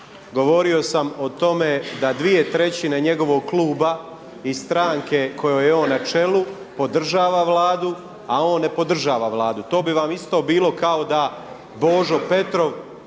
Govorio sam o tome da dvije trećine njegovog kluba i stranke kojoj je on na čelu podržava Vlada o on ne podržava Vladu. To bi vam isto bilo kao da Božo Petrov